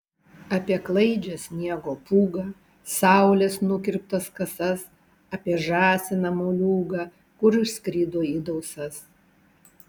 apie klaidžią sniego pūgą saulės nukirptas kasas apie žąsiną moliūgą kur išskrido į dausas